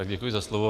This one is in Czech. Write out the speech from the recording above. Děkuji za slovo.